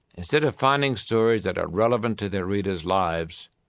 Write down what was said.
instead of finding stories that are relevant to their readers' lives,